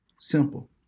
Simple